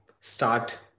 start